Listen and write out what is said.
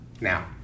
now